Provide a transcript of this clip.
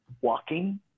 walking